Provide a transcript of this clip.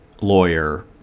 lawyer